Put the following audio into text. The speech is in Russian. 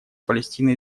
палестино